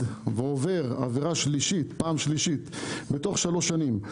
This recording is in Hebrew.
ועובר עבירה שלישית פעם שלישית בתוך שלוש שנים,